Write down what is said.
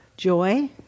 Joy